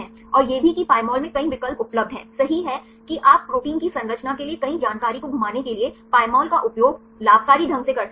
और यह भी कि Pymol में कई विकल्प उपलब्ध हैं सही है कि आप प्रोटीन की संरचना के लिए कई जानकारी को घुमाने के लिए Pymol का उपयोग लाभ कारी ढंग से कर सकते हैं